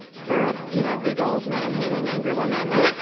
for a you know big old man-hating, angry woman, like yeah